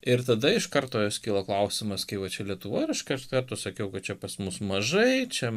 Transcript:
ir tada iš karto kilo klausimas kaip vat čia lietuvoj ir iš karto sakiau kad čia pas mus mažai čia